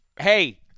Hey